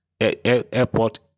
airport